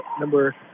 Number